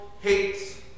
hates